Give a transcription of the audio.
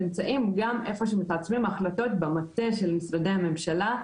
שנמצאים גם איפה שמתעצבות החלטות במטות של משרדי הממשלה,